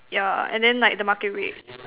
yeah and then like the market rate